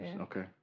Okay